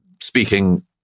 speaking